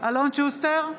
אלון שוסטר,